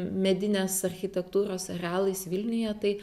medinės architektūros arealais vilniuje tai